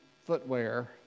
footwear